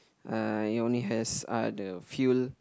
uh it only has uh the few